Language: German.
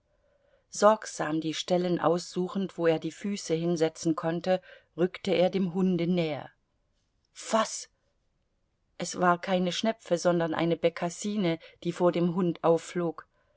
sorgsam die stellen aussuchend wo er die füße hinsetzen konnte rückte er dem hunde näher faß es war keine schnepfe sondern eine bekassine die vor dem hund aufflog